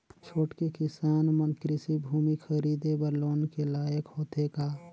छोटके किसान मन कृषि भूमि खरीदे बर लोन के लायक होथे का?